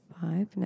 five